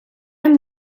hem